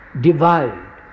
divide